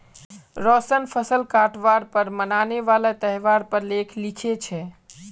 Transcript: रोशन फसल काटवार पर मनाने वाला त्योहार पर लेख लिखे छे